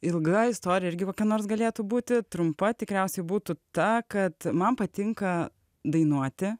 ilga istorija irgi kokia nors galėtų būti trumpa tikriausiai būtų ta kad man patinka dainuoti